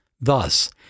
Thus